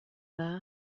dda